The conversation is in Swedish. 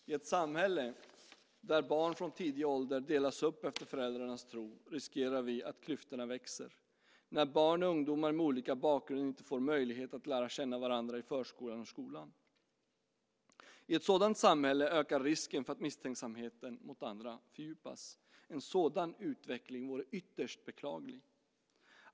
I ett samhälle där barn från tidig ålder delas upp efter föräldrarnas tro riskerar vi att klyftorna växer när barn och ungdomar med olika bakgrund inte får möjlighet att lära känna varandra i förskolan och skolan. I ett sådant samhälle ökar risken för att misstänksamheten mot andra fördjupas. En sådan utveckling vore ytterst beklaglig.